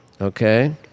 okay